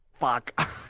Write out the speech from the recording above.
fuck